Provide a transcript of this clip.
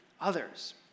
others